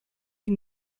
die